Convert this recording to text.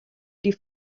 die